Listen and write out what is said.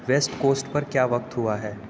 waste coast پر کیا وقت ہوا ہے